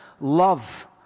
love